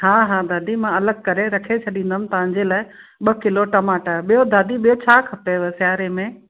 हा हा दादी मां अलॻि करे रखे छॾींदमि तव्हां जे लाइ ॿ किलो टमाटा ॿियो दादी ॿियो छा खपेव सियारे में